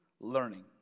learning